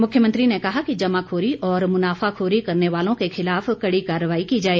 मुख्यमंत्री ने कहा कि जमाखोरी और मुनाफाखोरी करने वालों के खिलाफ कड़ी कार्रवाई की जाए